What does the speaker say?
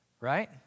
Right